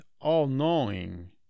all-knowing